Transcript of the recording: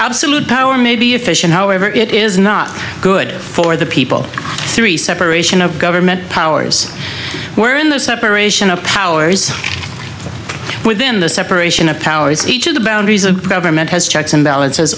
absolute power may be efficient however it is not good for the people three separation of government powers were in the separation of powers within the separation of powers each of the boundaries of government has checks and balances